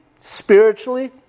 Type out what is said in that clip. spiritually